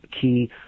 key